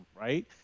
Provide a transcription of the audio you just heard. right